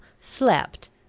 slept